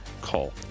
call